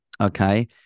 Okay